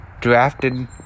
drafted